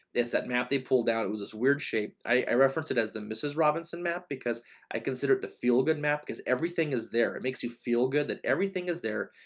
that map they pulled out it was this weird shape. i referenced it as the mrs. robinson map, because i consider it the feel good map because everything is there, it makes you feel good that everything is there.